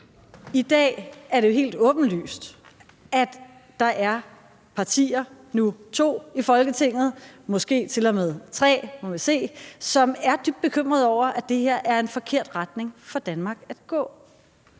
I dag er det helt åbenlyst, at der er partier – nu to, måske til og med tre; nu må vi se – i Folketinget, som er dybt bekymrede over, at det her er en forkert retning for Danmark at gå.